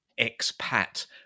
expat